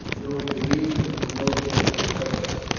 though for you the promotion is perilous.